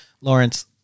Lawrence